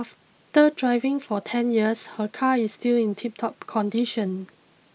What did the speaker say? driving for ten years her car is still in tiptop condition